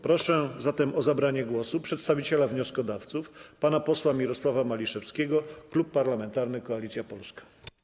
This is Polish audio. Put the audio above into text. Proszę zatem o zabranie głosu przedstawiciela wnioskodawców pana posła Mirosława Maliszewskiego, Klub Parlamentarny Koalicja Polska.